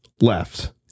left